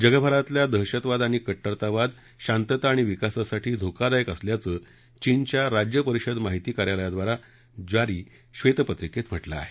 जगभरातील दहशतवाद आणि कट्टरतावाद शांतता आणि विकासासाठी धोकादायक असल्याचं चीनच्या राज्य परिषद माहिती कार्यालय द्वारा जारी श्वेतपत्रिकेत म्हटलं आहे